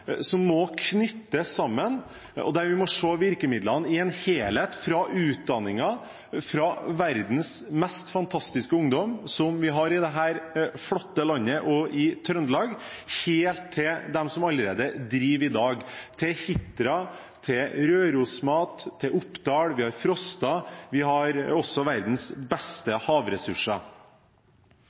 som må knyttes sammen, og der vi må se virkemidlene i en helhet, fra utdanningen, fra verdens mest fantastiske ungdom, som vi har i dette flotte landet og i Trøndelag, og helt til dem som allerede driver i dag, til Hitra, til Rørosmat, til Oppdal, og vi har Frosta. Vi har også verdens beste havressurser.